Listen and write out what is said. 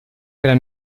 era